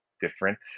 different